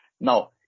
Now